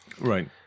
Right